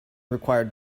required